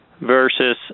versus